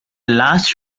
last